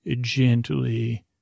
gently